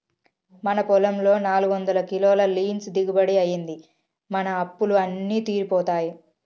మన పొలంలో నాలుగొందల కిలోల లీన్స్ దిగుబడి అయ్యింది, మన అప్పులు అన్నీ తీరిపోతాయి